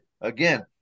Again